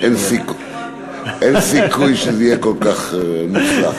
אין סיכוי שזה יהיה כל כך מוצלח.